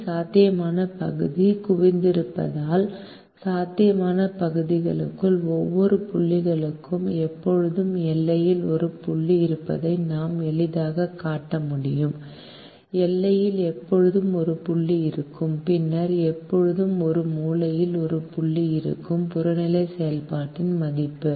இந்த சாத்தியமான பகுதி குவிந்திருப்பதால் சாத்தியமான பகுதிக்குள் ஒவ்வொரு புள்ளிக்கும் எப்போதும் எல்லையில் ஒரு புள்ளி இருப்பதை நாம் எளிதாகக் காட்ட முடியும் எல்லையில் எப்போதும் ஒரு புள்ளி இருக்கும் பின்னர் எப்போதும் ஒரு மூலையில் ஒரு புள்ளி இருக்கும் புறநிலை செயல்பாட்டின் மதிப்பு